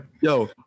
Yo